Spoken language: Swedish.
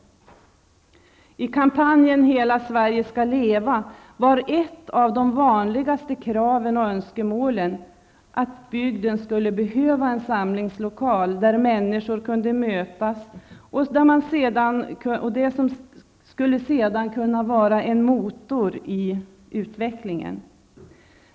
I kampanjen Hela Sverige skall leva var ett av de vanligaste kraven och önskemålen att bygden skulle behöva en samlingslokal där människor kunde mötas. Det skulle sedan kunna vara en motor i utvecklingen.